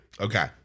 Okay